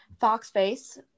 Foxface